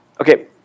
okay